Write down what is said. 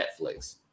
Netflix